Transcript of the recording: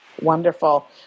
Wonderful